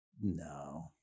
No